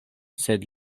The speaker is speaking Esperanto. sed